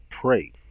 pray